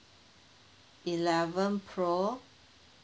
eleven pro